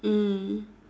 mm